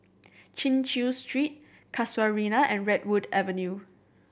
Chin Chew Street Casuarina and Redwood Avenue